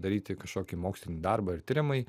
daryti kažkokį mokslinį darbą ir tiriamąjį